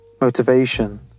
Motivation